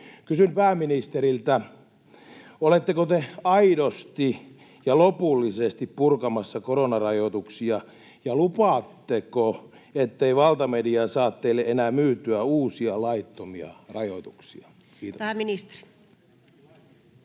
Kysyn pääministeriltä: Oletteko te aidosti ja lopullisesti purkamassa koronarajoituksia? Ja lupaatteko, ettei valtamedia saa teille enää myytyä uusia laittomia rajoituksia? — Kiitos. Pääministeri.